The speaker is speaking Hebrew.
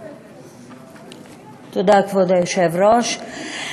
תודה, כבוד היושב-ראש.